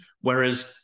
Whereas